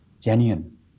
genuine